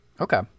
okay